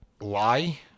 lie